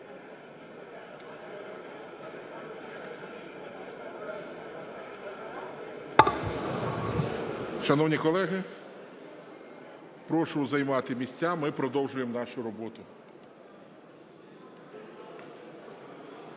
Шановні колеги, прошу займати місця. Ми продовжуємо нашу роботу.